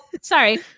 sorry